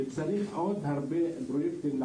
וצריך עוד לעשות עוד הרבה פרויקטים,